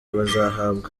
bazahabwa